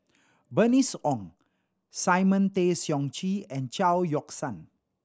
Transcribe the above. Bernice Ong Simon Tay Seong Chee and Chao Yoke San